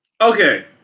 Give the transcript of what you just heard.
Okay